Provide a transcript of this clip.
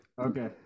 Okay